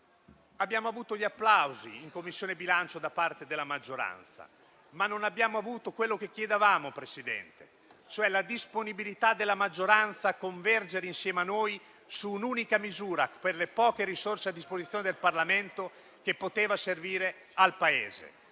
abbiamo avuto gli applausi da parte della maggioranza. Non abbiamo avuto, però, quello che chiedevamo, signor Presidente, ossia la disponibilità della maggioranza a convergere con noi su un'unica misura, per le poche risorse a disposizione del Parlamento, che poteva servire al Paese.